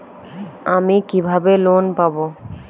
আমি কিভাবে লোন পাব?